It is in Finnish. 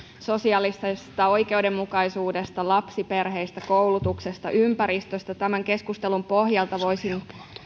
sosiaalisesta oikeudenmukaisuudesta lapsiperheistä koulutuksesta ympäristöstä tämän keskustelun pohjalta voisin